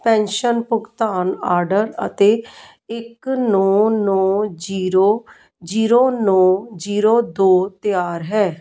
pension ਭੁਗਤਾਨ order ਅਤੇ ਇੱਕ ਨੌਂ ਨੌਂ ਜੀਰੋ ਜੀਰੋ ਨੌਂ ਜੀਰੋ ਦੋ ਤਿਆਰ ਹੈ